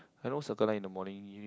I know Circle Line in the morning you